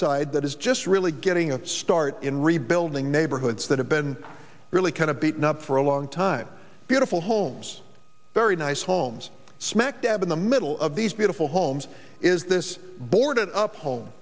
side that is just really getting a start in rebuilding neighborhoods that have been really kind of beaten up for a long time beautiful homes very nice homes smack dab in the middle of these beautiful homes is this boarded up home